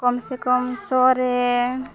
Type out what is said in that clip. ᱠᱚᱢ ᱥᱮ ᱠᱚᱢ ᱥᱚ ᱨᱮ